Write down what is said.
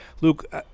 Luke